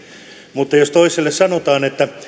mutta jos toiselle sanotaan että